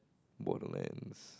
lands